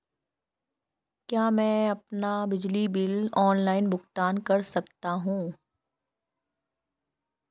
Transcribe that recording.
क्या मैं अपना बिजली बिल ऑनलाइन भुगतान कर सकता हूँ?